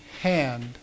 hand